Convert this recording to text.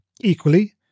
Equally